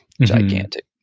gigantic